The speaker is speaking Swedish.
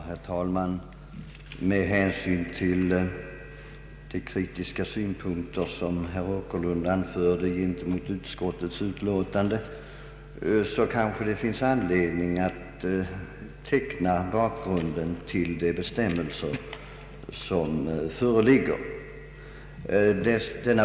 Herr talman! Med hänsyn till de kritiska synpunkter som herr Åkerlund anförde gentemot utskottets utlåtande finns det kanske anledning att teckna bakgrunden till de bestämmelser som föreligger.